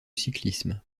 cyclisme